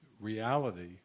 reality